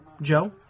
Joe